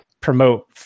promote